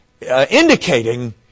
Indicating